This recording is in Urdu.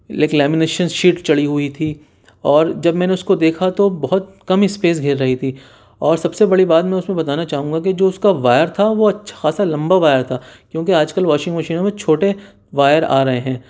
ایک لیمینیشن شیٹ چڑھی ہوئی تھی اور جب میں نے اس کو دیکھا تو بہت کم اسپیس گھیر رہی تھی اور سب سے بڑی بات میں اس میں بتانا چاہوں گا کہ جو اس کا وائر تھا وہ اچھا خاصا لمبا وائر تھا کیونکہ آج کل واشنگ مشینوں میں چھوٹے وائر آ رہے ہیں